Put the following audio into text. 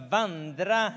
vandra